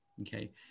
Okay